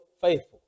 faithful